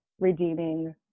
redeeming